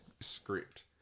script